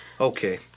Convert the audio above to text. Okay